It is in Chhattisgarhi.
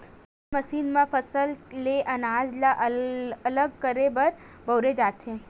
थेरेसर मसीन म फसल ले अनाज ल अलगे करे बर बउरे जाथे